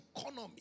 economy